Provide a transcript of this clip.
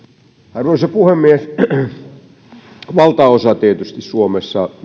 arvoisa puhemies tietysti valtaosa mielenosoituksista suomessa